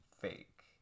fake